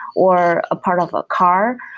or a part of a car,